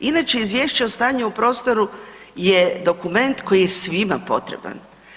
Inače, Izvješće o stanju u prostoru je dokument koji je svima potreban.